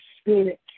Spirit